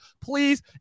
Please